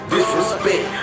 Disrespect